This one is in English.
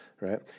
Right